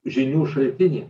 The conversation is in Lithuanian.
žinių šaltinį